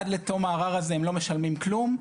עד לתום הערר הזה הם לא משלמים כלום,